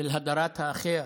של הדרת האחר,